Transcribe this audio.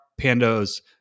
Pando's